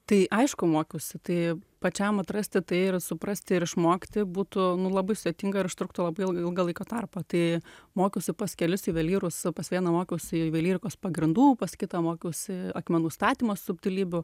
tai aišku mokiausi tai pačiam atrasti tai ir suprasti ir išmokti būtų nu labai sudėtinga ir užtruktų labai ilgai ilgą laiko tarpą tai mokiausi pas kelis juvelyrus pas vieną mokiausi juvelyrikos pagrindų pas kitą mokiausi akmenų statymo subtilybių